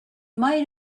might